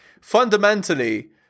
Fundamentally